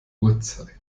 uhrzeit